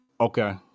Okay